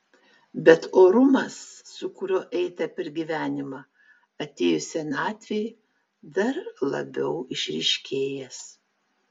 bet orumas su kuriuo eita per gyvenimą atėjus senatvei dar labiau išryškėjęs